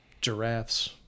Giraffes